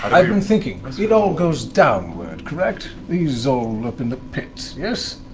but i've been thinking. it all goes downward, correct? he's all up in a pit, yes?